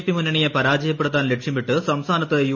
P മുന്നണിയെ പരാജയപ്പെടുത്താൻ ലക്ഷ്യമിട്ട് സംസ്ഥാനത്ത് യ